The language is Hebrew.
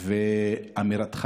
ואת אמירתך